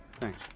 Thanks